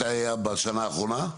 מתי היה בשנה האחרונה?